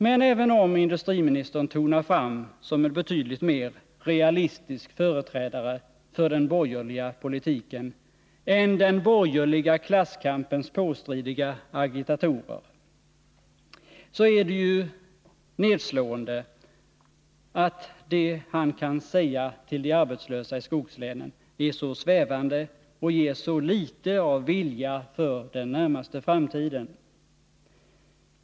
Men även om industriministern tonar fram som en betydligt mer realistisk företrädare för den borgerliga politiken än den borgerliga klasskampens påstridiga agitatorer, så är det ju nedslående att det han kan säga till de arbetslösa i skogslänen är så svävande och ger så litet av vilja för den närmaste framtiden.